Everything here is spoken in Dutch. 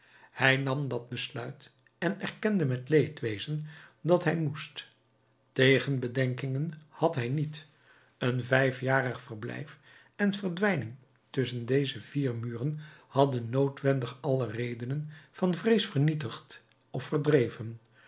hij nam dat besluit en erkende met leedwezen dat hij moest tegenbedenkingen had hij niet een vijfjarig verblijf en verdwijning tusschen deze vier muren hadden noodwendig alle redenen van vrees vernietigd of verdreven